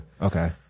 Okay